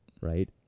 Right